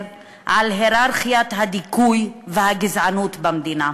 על הייררכיית הדיכוי והגזענות במדינה.